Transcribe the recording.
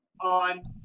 on